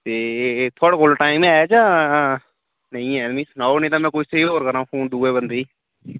ते थुआढ़े कोल टाईम है जां नेईं ऐ मिगी सनाओ नेईं तां में कुसै होर ई करां फोन दूए बंदे ई